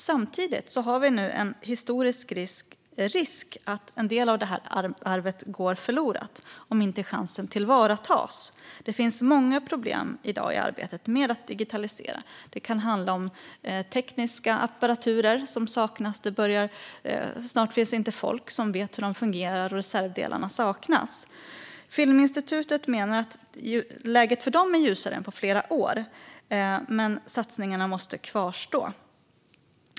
Samtidigt finns det nu en stor historisk risk att en del av det här arvet går förlorat om inte chansen tillvaratas. Det finns många problem i dag i arbetet med att digitalisera. Det kan handla om teknisk apparatur som saknas. Snart finns det inte folk som vet hur de fungerar, och reservdelarna saknas. Filminstitutet menar att läget är ljusare för dem än på flera år, men att satsningarna måste kvarstå.